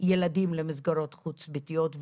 ילדים למסגרות חוץ-ביתיות,